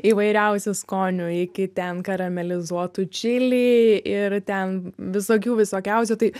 įvairiausių skonių iki ten karamelizuotų čili ir ten visokių visokiausių tai